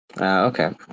okay